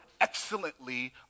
excellently